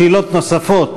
שאלות נוספות